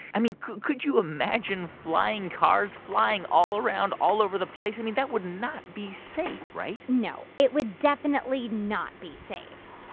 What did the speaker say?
and could could you imagine flying cars flying all around all over the place? i mean, that would not be safe, right? no. it would definitely not be safe.